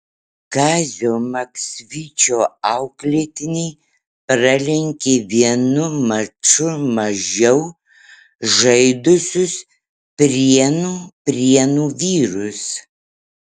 kazio maksvyčio auklėtiniai pralenkė vienu maču mažiau žaidusius prienų prienų vyrus